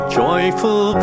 joyful